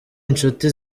inshuti